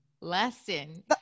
lesson